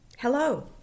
Hello